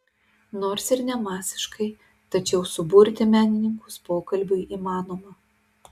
nors ir ne masiškai tačiau suburti menininkus pokalbiui įmanoma